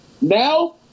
Now